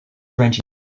ranging